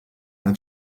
are